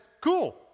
cool